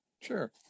Sure